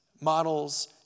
models